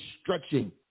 stretching